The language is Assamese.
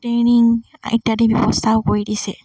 ট্ৰেইনিং ইত্যাদি ব্যৱস্থাও কৰি দিছে